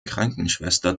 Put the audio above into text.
krankenschwester